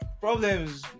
problems